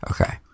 Okay